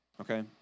Okay